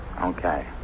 Okay